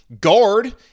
guard